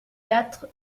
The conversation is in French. quatre